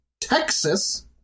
Texas